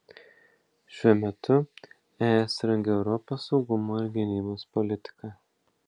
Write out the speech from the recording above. šiuo metu es rengia europos saugumo ir gynybos politiką